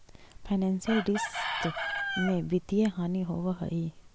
financial रिश्त में वित्तीय हानि होवऽ हई